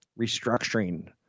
restructuring